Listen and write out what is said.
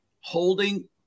holding